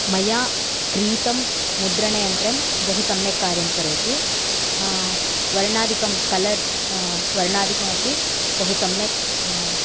मया क्रीतं मुद्रणयन्त्रं बहु सम्यक् कार्यं करोति वर्णाधिकं कलर् वर्णाधिकम् अपि बहु सम्यक्